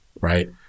Right